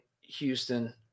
Houston